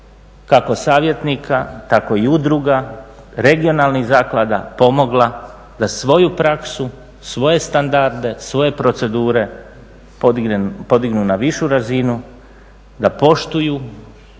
kako savjetnika, tako i udruga, regionalnih zaklada pomogla da svoju praksu, svoje standarde, svoje procedure podignu na višu razinu, da poštuju,